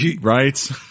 Right